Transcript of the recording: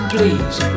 Please